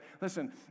listen